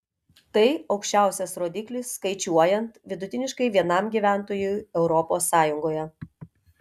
tai aukščiausias rodiklis skaičiuojant vidutiniškai vienam gyventojui europos sąjungoje